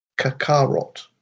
Kakarot